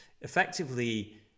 effectively